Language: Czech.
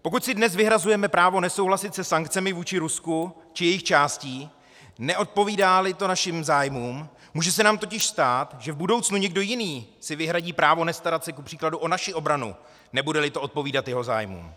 Pokud si dnes vyhrazujeme právo nesouhlasit se sankcemi vůči Rusku či jejich částí, neodpovídáli to našim zájmům, může se nám totiž stát, že v budoucnu někdo jiný si vyhradí právo nestarat se kupříkladu o naši obranu, nebudeli to odpovídat jeho zájmům.